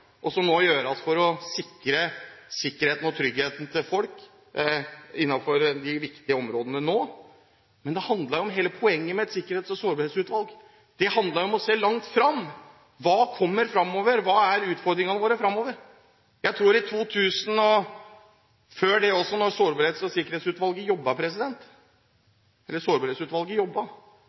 og som nå gjøres for å sikre sikkerheten og tryggheten til folk innenfor de viktige områdene. Hele poenget med sikkerhet og et sårbarhetsutvalg handler om å se langt fram. Hva kommer fremover, og hva er utfordringene våre fremover? Da man holdt på med dette i 2000 – og før det også,